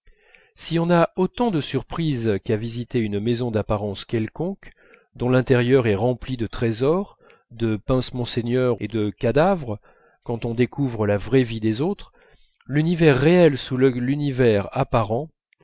si on a autant de surprises qu'à visiter une maison d'apparence quelconque dont l'intérieur est rempli de trésors de pinces monseigneur et de cadavres quand on découvre la vraie vie des autres l'univers réel sous l'univers apparent